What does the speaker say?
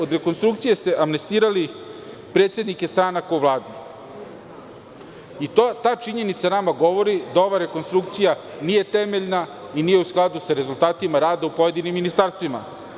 Od rekonstrukcije ste amnestirali predsednike stranaka u Vladi, i ta činjenica nama govori da ova rekonstrukcija nije temeljna i nije u skladu sa rezultatima rada u pojedinim ministarstvima.